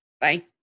Bye